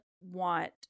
want